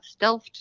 stealthed